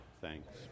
Thanks